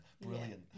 Brilliant